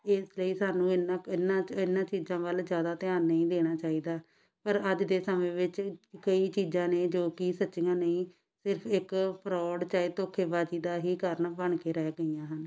ਇਸ ਲਈ ਸਾਨੂੰ ਇੰਨਾ ਕ ਇੰਨਾ ਇੰਨਾ ਚੀਜ਼ਾਂ ਵੱਲ ਜ਼ਿਆਦਾ ਧਿਆਨ ਨਹੀਂ ਦੇਣਾ ਚਾਹੀਦਾ ਪਰ ਅੱਜ ਦੇ ਸਮੇਂ ਵਿੱਚ ਕਈ ਚੀਜ਼ਾਂ ਨੇ ਜੋ ਕਿ ਸੱਚੀਆਂ ਨਹੀਂ ਸਿਰਫ ਇੱਕ ਫਰੋਡ ਚਾਹੇ ਧੋਖੇਬਾਜ਼ੀ ਦਾ ਹੀ ਕਾਰਨ ਬਣ ਕੇ ਰਹਿ ਗਈਆਂ ਹਨ